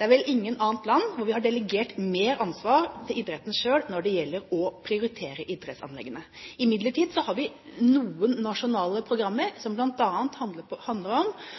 Det er vel ikke noe annet land hvor man har delegert mer ansvar til idretten selv når det gjelder å prioritere idrettsanleggene. Imidlertid har vi noen nasjonale programmer som bl.a. handler om at vi satser spesielt på